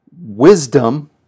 Wisdom